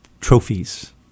trophies